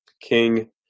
King